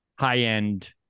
high-end